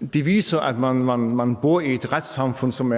viser, at man bor i et retssamfund, som